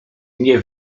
nie